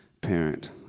parent